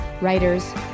writers